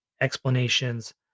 explanations